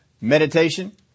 meditation